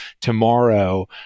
tomorrow